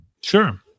Sure